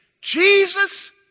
Jesus